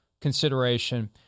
consideration